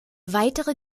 weitere